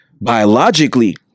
biologically